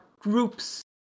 groups